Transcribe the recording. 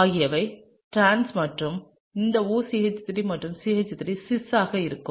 ஆகியவை டிரான்ஸ் மற்றும் இந்த OCH3 மற்றும் CH3 சிஸ்ஸாக இருக்கும்